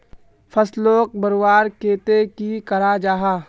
फसलोक बढ़वार केते की करा जाहा?